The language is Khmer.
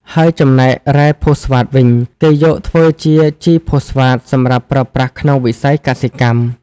ហើយចំណែករ៉ែផូស្វាតវិញ គេយកធ្វើជាជីផូស្វាតសម្រាប់ប្រើប្រាស់ក្នុងវិស័យកសិកម្ម។